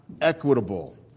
equitable